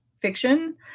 fiction